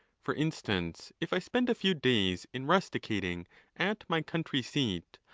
for instance, if i spend a few days in rusticating at my country seat,